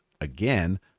again